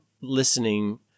listening